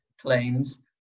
claims